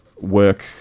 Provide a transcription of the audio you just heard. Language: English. work